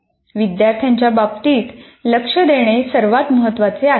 विद्यार्थ्यांच्या बाबतीत लक्ष देणे सर्वात महत्वाचे आहे